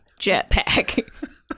jetpack